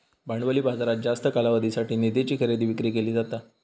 भांडवली बाजारात जास्त कालावधीसाठी निधीची खरेदी विक्री केली जाता